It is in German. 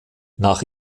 nach